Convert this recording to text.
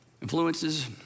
influences